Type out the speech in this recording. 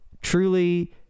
truly